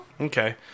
Okay